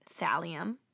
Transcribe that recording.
thallium